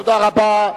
תודה רבה.